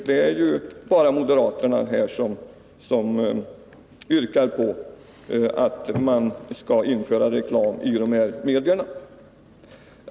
Det är bara moderaterna som yrkar på att man skall införa reklam i dessa medier.